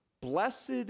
blessed